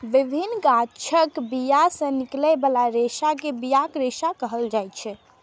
विभिन्न गाछक बिया सं निकलै बला रेशा कें बियाक रेशा कहल जाइ छै